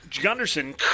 Gunderson